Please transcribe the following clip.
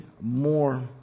more